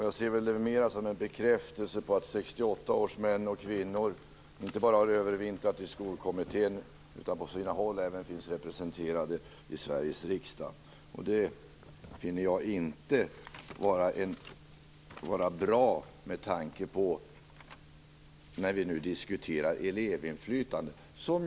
Jag ser det mer som en bekräftelse på att 1968 års män och kvinnor inte bara har övervintrat i skolkommittén utan på sina håll även finns representerade i Sveriges riksdag. Det finner jag inte vara bra med tanke på att vi just nu diskuterar elevinflytande.